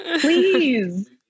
Please